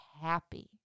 happy